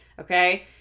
Okay